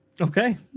Okay